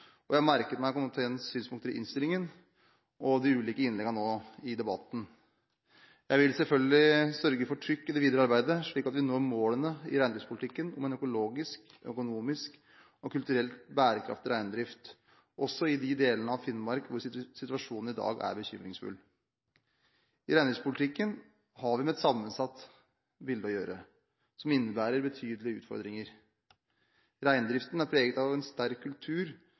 og jeg har merket meg komiteens synspunkter i innstillingen og i de ulike innleggene her i debatten. Jeg vil selvfølgelig sørge for trykk i det videre arbeidet, slik at vi når målene i reindriftspolitikken om en økologisk, økonomisk og kulturelt bærekraftig reindrift – også i de delene av Finnmark hvor situasjonen i dag er bekymringsfull. I reindriftspolitikken har vi med et sammensatt bilde å gjøre, noe som innebærer betydelige utfordringer. Reindriften er preget av en sterk kultur,